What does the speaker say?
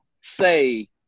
say –